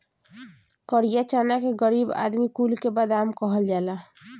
करिया चना के गरीब आदमी कुल के बादाम कहल जाला